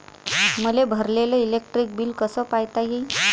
मले भरलेल electric bill कस पायता येईन?